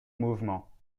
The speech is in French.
mouvement